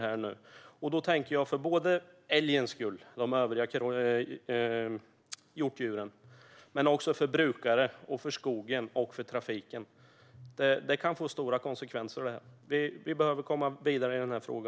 Jag tänker på älgarna och de övriga hjortdjuren men också på brukare, skogen och trafiken. Detta kan få stora konsekvenser. Vi behöver komma vidare i denna fråga.